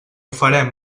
farem